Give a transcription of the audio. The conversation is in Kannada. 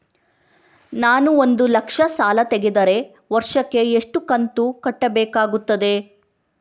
ನಾನು ಒಂದು ಲಕ್ಷ ಸಾಲ ತೆಗೆದರೆ ವರ್ಷಕ್ಕೆ ಎಷ್ಟು ಕಂತು ಕಟ್ಟಬೇಕಾಗುತ್ತದೆ?